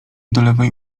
dolewaj